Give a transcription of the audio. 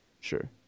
sure